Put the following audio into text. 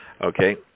okay